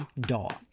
dog